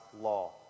law